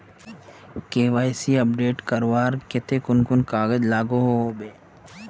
KYC update करवार केते कुन कुन कागज लागोहो होबे?